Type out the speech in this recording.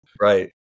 right